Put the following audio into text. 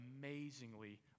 amazingly